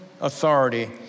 authority